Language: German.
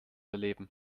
erleben